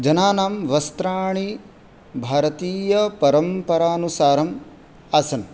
जनानां वस्त्राणि भारतीयपरम्परानुसारं आसन्